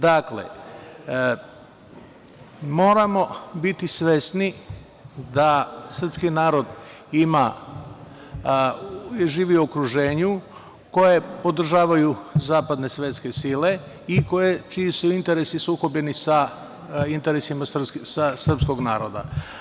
Dakle, moramo biti svesni da srpski narod živi u okruženju koje podržavaju zapadne svetske sile i čiji su interesi sukobljeni sa interesima srpskog naroda.